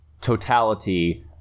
totality